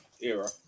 era